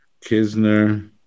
Kisner